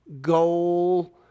goal